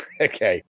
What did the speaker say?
Okay